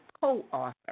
co-author